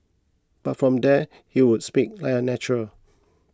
but from there he would speak like a natural